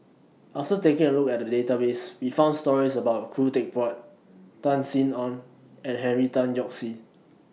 after taking A Look At The Database We found stories about Khoo Teck Puat Tan Sin Aun and Henry Tan Yoke See